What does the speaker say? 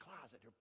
closet